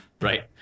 right